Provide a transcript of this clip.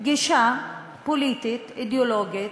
גישה פוליטית-אידיאולוגית,